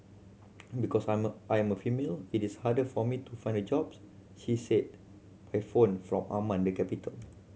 because I'm a I am a female it is harder for me to find jobs she said by phone from Amman the capital